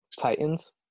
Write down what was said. Titans